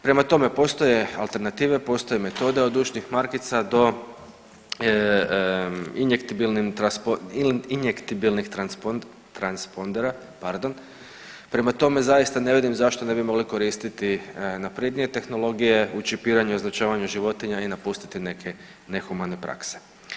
Prema tome, postoje alternative, postoje metode od ušnih markica do injektibilnih transon, transpondera, pardon, prema tome zaista ne vidim zašto ne bi mogli koristiti naprednije tehnologije u čipiranju i označavanju životinja i napustiti neke nehumane prakse.